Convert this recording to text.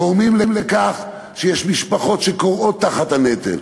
גורמים לכך שיש משפחות שכורעות תחת הנטל.